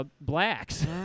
blacks